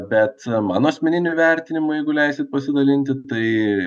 bet mano asmeniniu vertinimu jeigu leisit pasidalinti tai